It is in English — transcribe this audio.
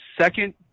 second